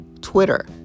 Twitter